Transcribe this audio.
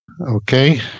Okay